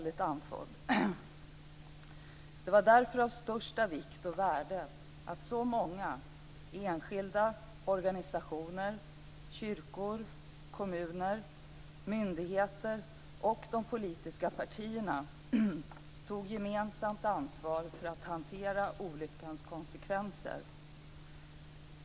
Det var därför av största vikt och värde att så många enskilda organisationer, kyrkor, kommuner, myndigheter och de politiska partierna tog gemensamt ansvar för att hantera olyckans konsekvenser.